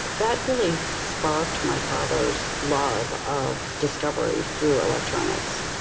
that really sparked my father's love of discovery through electronics.